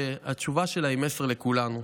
שאלה שהתשובה שלה היא מסר לכולנו.